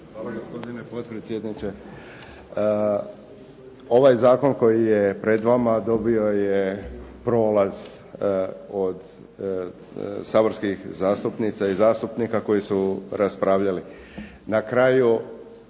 Hvala gospodine potpredsjedniče. Ovaj zakon koji je pred vama dobio je prolaz od saborskih zastupnica i zastupnika koji su raspravljali. Na kraju